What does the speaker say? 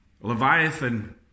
Leviathan